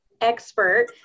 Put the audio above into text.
expert